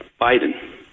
Biden